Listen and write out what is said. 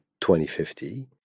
2050